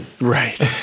Right